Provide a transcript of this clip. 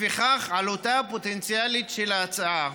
לפיכך, עלותה הפוטנציאלית של ההצעה,